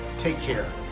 take care.